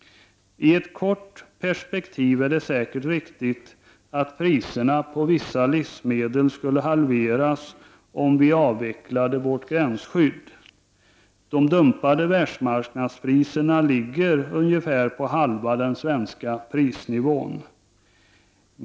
I ett kort perspektiv är det säkert ett riktigt antagande att priserna på vissa livsmedel skulle halveras om vi avvecklade gränsskyddet. Världsmarknadspriserna för dumpade varor är ungefär hälften av de svenska priserna.